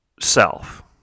self